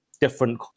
different